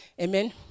Amen